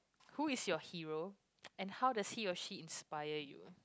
who is your hero and how does he or she inspire you